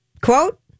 quote